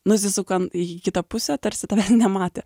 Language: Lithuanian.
nusisuka į kitą pusę tarsi tavę nematė